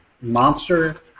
monster